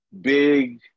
Big